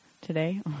today